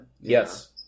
Yes